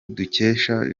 dukesha